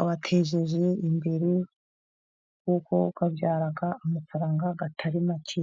abateje imbere kuko abyara amafaranga atari make.